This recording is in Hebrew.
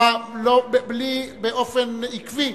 אתה באופן עקבי,